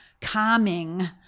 calming